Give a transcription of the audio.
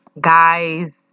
guys